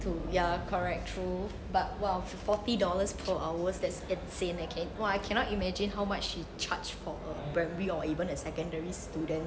to ya lah correct true but !wow! for~ forty dollars per hour that's insane leh !wah! I cannot imagine how much she charge for a primary or even a secondary student